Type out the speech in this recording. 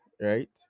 right